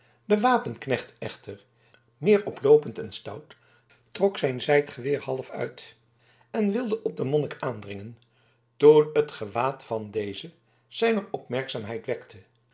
de wapenknecht echter meer oploopend en stout trok zijn zijdgeweer half uit en wilde op den monnik aandringen toen het gewaad van dezen zijne opmerkzaamheid wekte